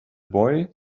boy